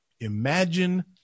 imagine